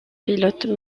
pilotes